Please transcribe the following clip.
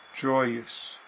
joyous